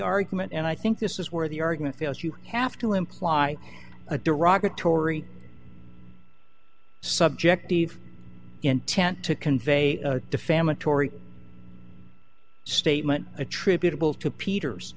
argument and i think this is where the argument fails you have to imply a derogatory subjective intent to convey a defamatory statement attributable to peters